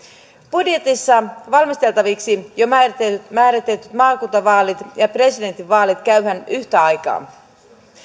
budjetissa valmisteltaviksi jo määritetyt maakuntavaalit ja presidentinvaalit käydään yhtä aikaa